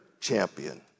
champion